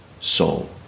soul